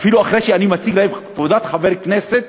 אפילו אחרי שאני מציג להם תעודת חבר כנסת,